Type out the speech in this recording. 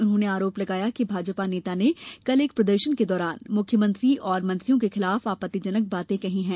उन्होंने आरोप लगाया कि भाजपा नेता ने कल एक प्रदर्शन के दौरान मुख्यमंत्री और मंत्रियों के खिलाफ आपत्तिजनक बातें कहीं हैं